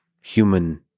human